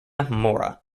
mora